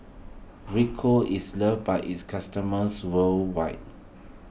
Rico is loved by its customers worldwide